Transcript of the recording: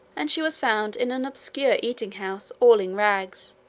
and she was found in an obscure eating-house all in rags,